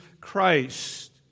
Christ